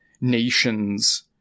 nations